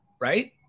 right